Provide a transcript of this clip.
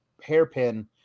hairpin